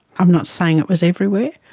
i'm not saying it was everywhere,